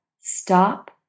Stop